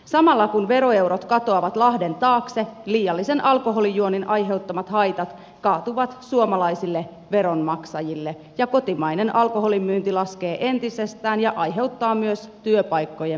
samalla kun veroeurot katoavat lahden taakse liiallisen alkoholinjuonnin aiheuttamat haitat kaatuvat suomalaisille veronmaksajille ja kotimainen alkoholin myynti laskee entisestään ja aiheuttaa myös työpaikkojen menetyksiä